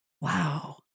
Wow